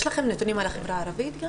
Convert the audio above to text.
יש לכם נתונים גם על החברה הערבית?